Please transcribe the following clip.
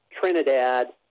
Trinidad